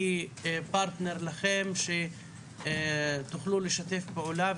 היא פרטנר לכם שתוכלו לשתף פעולה,